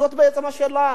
זאת בעצם השאלה.